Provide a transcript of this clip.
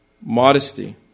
modesty